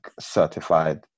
certified